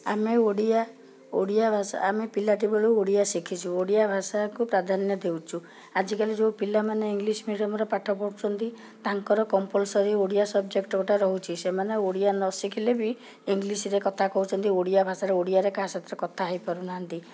ଆମେ ଓଡ଼ିଆ ଓଡ଼ିଆ ଭାଷା ଆମେ ପିଲାଟି ବେଳୁ ଓଡ଼ିଆ ଶିଖିଛୁ ଓଡ଼ିଆ ଭାଷାକୁ ପ୍ରାଧାନ୍ୟ ଦେଉଛୁ ଆଜିକାଲି ଯେଉଁ ପିଲାମାନେ ଇଂଲିଶ ମିଡ଼ିୟମ୍ରେ ପାଠ ପଢ଼ୁଛନ୍ତି ତାଙ୍କର କମ୍ପଲସରି ଓଡ଼ିଆ ସବଜେକ୍ଟ ଗୋଟେ ରହୁଛି ସେମାନେ ଓଡ଼ିଆ ନଶିଖିଲେ ବି ଇଂଲିଶରେ କଥା କହୁଛନ୍ତି ଓଡ଼ିଆ ଭାଷାରେ ଓଡ଼ିଆରେ କାହା ସହ କଥା ହେଇ ପାରୁ ନାହାଁନ୍ତି